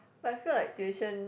but I feel like tuition